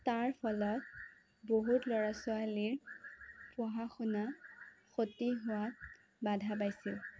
তাৰ ফলত বহুত ল'ৰা ছোৱালীৰ পঢ়া শুনাত ক্ষতি হোৱাত বাধা পাইছে